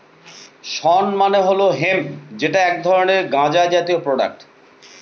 শণ মানে হল হেম্প যেটা এক ধরনের গাঁজা জাতীয় প্রোডাক্ট